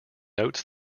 notes